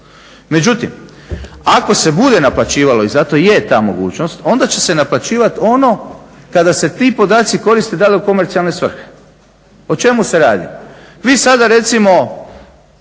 Međutim, ako se bude naplaćivalo i zato je ta mogućnost onda će se naplaćivati ono kada se ti podaci koriste dalje u komercijalne svrhe. O čemu se radi? Vi sada recimo